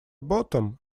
bottom